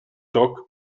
dock